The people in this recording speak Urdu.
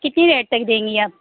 کتنی ریٹ تک دیں گی آپ